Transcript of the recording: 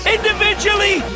Individually